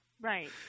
Right